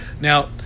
Now